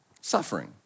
Suffering